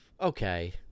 okay